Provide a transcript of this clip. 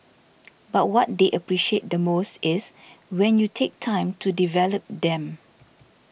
but what they appreciate the most is when you take time to develop them